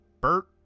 bert